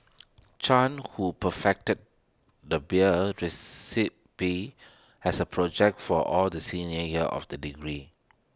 chan who perfected the beer recipe as A project for all the senior year of the degree